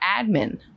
admin